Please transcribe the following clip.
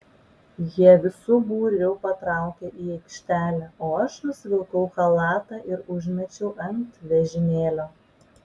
jie visu būriu patraukė į aikštelę o aš nusivilkau chalatą ir užmečiau ant vežimėlio